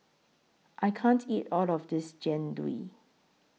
I can't eat All of This Jian Dui